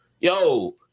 Yo